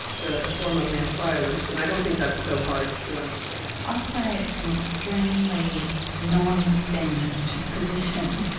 it's a form of male violence, and i don't think that's so hard to understand. i'd say it's an extremely non-feminist position.